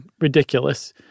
ridiculous